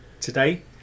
today